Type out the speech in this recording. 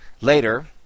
Later